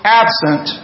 absent